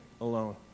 alone